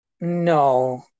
No